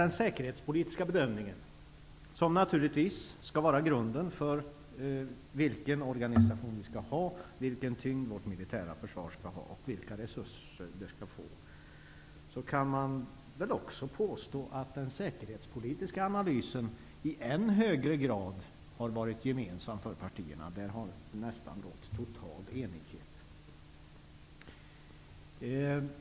Den säkerhetspolitiska bedömningen skall vara grunden för vilken organisation vi skall ha, vilken tyngd det militära försvaret skall ha och vilka resurser det skall få. Man kan också påstå att den säkerhetspolitiska analysen i än högre grad har varit gemensam för partierna. Det har nästan rått total enighet.